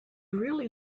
really